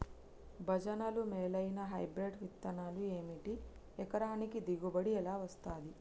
భజనలు మేలైనా హైబ్రిడ్ విత్తనాలు ఏమిటి? ఎకరానికి దిగుబడి ఎలా వస్తది?